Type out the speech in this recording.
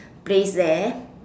place there